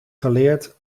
geleerd